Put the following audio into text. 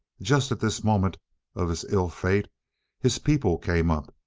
just at this moment of his ill-fate his people came up,